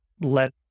let